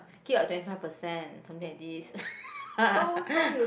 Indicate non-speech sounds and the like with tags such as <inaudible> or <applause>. keep our twenty five percent something like this <laughs>